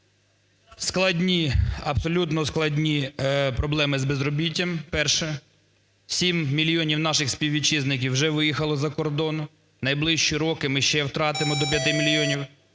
абсолютно складні проблеми з безробіттям. Перше. Сім мільйонів наших співвітчизників вже виїхали за кордон, в найближчі роки ми ще втратимо до 5 мільйонів.